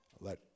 Let